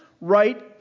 right